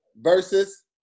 versus